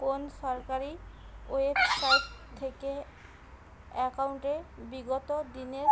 কোন সরকারি ওয়েবসাইট থেকে একাউন্টের বিগত দিনের